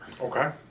Okay